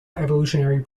evolutionary